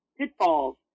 pitfalls